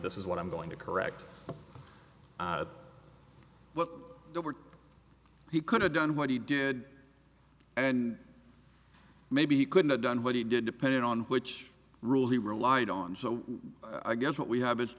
this is what i'm going to correct what he could've done what he did and maybe he couldn't have done what he did depending on which rule he relied on so i guess what we have is